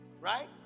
right